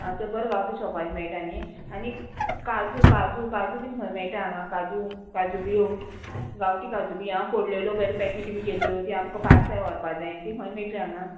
आं थंय बरें गांवठी शॉपार मेळटा न्ही आनी काजू काजू काजू बीन खंय मेळटा हांगा काजू काजू बियो गांवठी काजू बी हांव फोडलेल्यो बरो पॅकेट बी केल्ल्यो ती आमकां पार्सल व्हरपा जाय ती खंय मेळटली हांगा